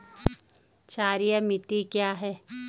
क्षारीय मिट्टी क्या है?